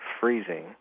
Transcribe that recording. freezing